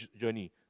journey